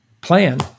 plan